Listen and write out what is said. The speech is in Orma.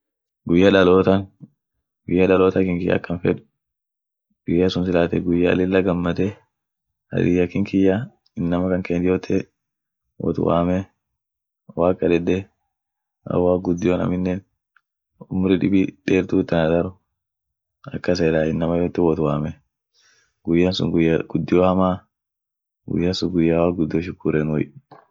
Guyya daloota, guya daloota kinki akan fed, guya sun silaate guya lillagammade, harriya kinkiya, inama kankeen yote, wot waame, waq kadedde, ak a gudion aminen, umri dibi deertu it ana dar, akas yeday inama yote wot waame, guya sun guya guddio hamaa, guya sun guya waq gudio shukurenuey.